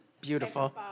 Beautiful